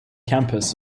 campus